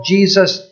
Jesus